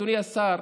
אדוני השר,